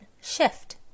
shift